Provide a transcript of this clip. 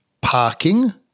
parking